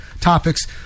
topics